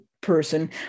person